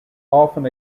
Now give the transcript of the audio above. often